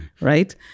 right